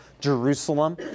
Jerusalem